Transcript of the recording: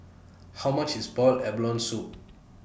How much IS boiled abalone Soup